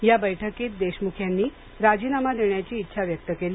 या बैठकीत देशमुख यांनी राजीनामा देण्याची इच्छा व्यक्त केली